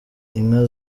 inka